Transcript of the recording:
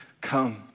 come